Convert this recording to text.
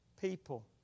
people